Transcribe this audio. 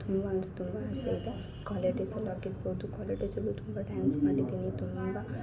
ತುಂಬಾ ಅಂದರೆ ತುಂಬ ಆಸೆಯಿದೆ ಕಾಲೇಜ್ ಡೇಸ್ ಅಲ್ಲೂ ಆಗಿರ್ಬೌದು ಕಾಲೇಜ್ ಡೇಸ್ ಅಲ್ಲು ತುಂಬ ಡ್ಯಾನ್ಸ್ ಮಾಡಿದ್ದೀನಿ ತುಂಬಾ